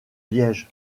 liège